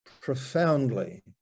profoundly